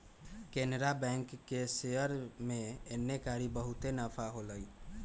Canara bank के share में एन्नेकारी बहुते नफा होलई